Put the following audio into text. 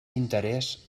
interès